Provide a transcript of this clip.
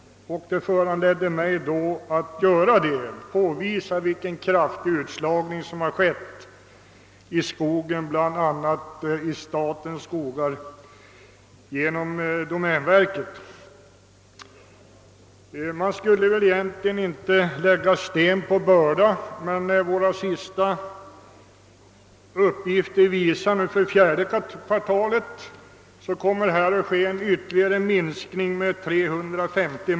Detta föranledde mig att påvisa vilken kraftig utslagning av arbetskraft som skett inom skogsbruket, bland annat i statens skogar, genom domänverket.